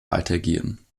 weitergehen